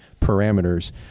parameters